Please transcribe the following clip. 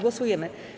Głosujemy.